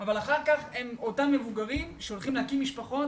אבל אחר כך הם אותם מבוגרים שהולכים להקים משפחות